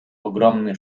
ogromny